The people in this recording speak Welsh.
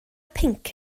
pinc